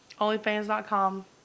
OnlyFans.com